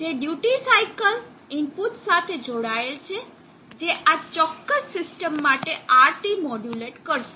જે duty cycle input સાથે જોડાયેલ છે જે આ ચોક્કસ સિસ્ટમ માટે RT મોડ્યુલેટ કરશે